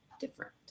different